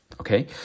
okay